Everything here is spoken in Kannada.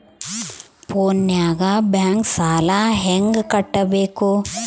ಫೋನಿನಾಗ ಬ್ಯಾಂಕ್ ಸಾಲ ಹೆಂಗ ಕಟ್ಟಬೇಕು?